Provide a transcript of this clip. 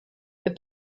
the